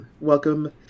Welcome